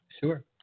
sure